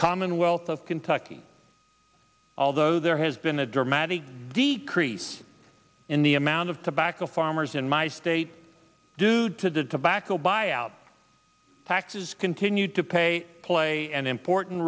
commonwealth of kentucky although there has been a dramatic decrease in the amount of tobacco farmers in my state due to the tobacco buyout taxes continued to pay play an important